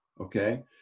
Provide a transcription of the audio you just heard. Okay